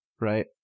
right